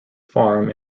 farm